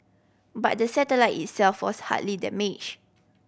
but the satellite itself was hardly damaged